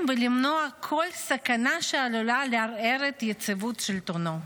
ולמנוע כל סכנה שעלולה לערער את יציבות שלטונו.